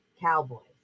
Cowboys